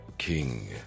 King